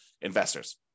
investors